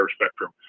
spectrum